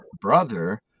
brother